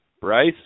Bryce